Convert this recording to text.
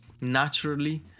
naturally